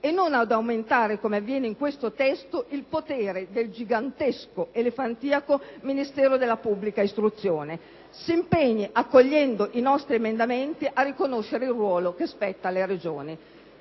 e non ad aumentare, come avviene in questo testo, il potere del gigantesco, elefantiaco Ministero dell'istruzione; si impegni, accogliendo i nostri emendamenti, a riconoscere il ruolo che spetta alle Regioni.